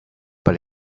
but